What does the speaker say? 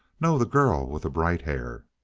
no, the girl with the bright hair.